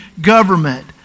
government